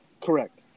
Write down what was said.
Correct